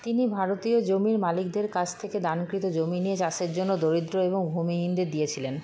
তিনি ভারতীয় জমির মালিকদের কাছ থেকে দানকৃত জমি নিয়ে চাষের জন্য দরিদ্র এবং ভূমিহীনদের দিয়েছিলেন